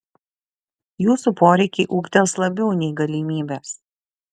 jūsų poreikiai ūgtels labiau nei galimybės